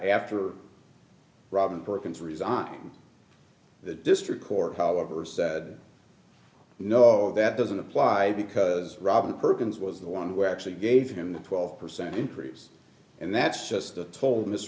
after robin perkins resign the district court however said no that doesn't apply because robin perkins was the one who actually gave him the twelve percent increase and that's just a toll